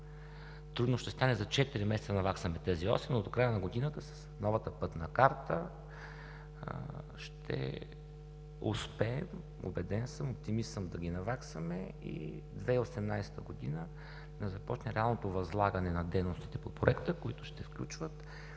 трудно ще стане за четири месеца да наваксаме тези осем, но до края на годината с новата пътна карта ще успеем, убеден съм, оптимист съм да ги наваксаме и 2018 г. да започне реалното възлагане на дейностите по Проекта, които ще включват